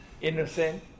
innocent